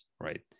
Right